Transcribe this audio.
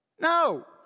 No